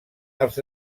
els